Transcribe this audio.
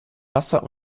wasser